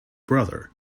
brother